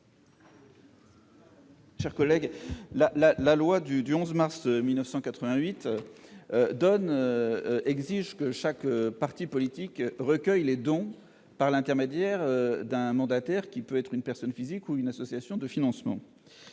Leconte. La loi du 11 mars 1988 exige que chaque parti politique recueille les dons dont il est bénéficiaire par l'intermédiaire d'un mandataire, qui peut être une personne physique ou une association de financement.